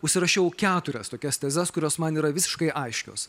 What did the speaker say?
užsirašiau keturias tokias tezes kurios man yra visiškai aiškios